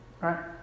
Right